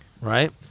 right